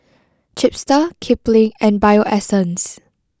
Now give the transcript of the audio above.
Chipster Kipling and Bio Essence